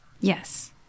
Yes